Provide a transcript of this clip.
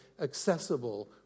accessible